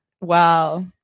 Wow